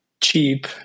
cheap